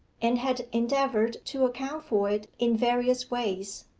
and had endeavoured to account for it in various ways.